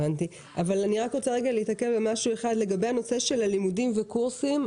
אני רוצה להתעכב על הנושא של הלימודים והקורסים.